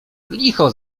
licho